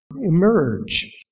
emerge